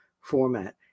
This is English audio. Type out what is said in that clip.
format